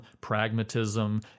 pragmatism